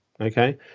okay